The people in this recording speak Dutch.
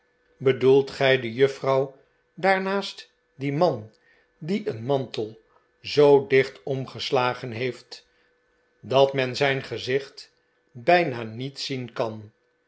bedoelt gij de juffrouw daar naast dien man die een mantel zoo dicht omgeslagen heeft dat men zijn gezicht bijna niet zien kan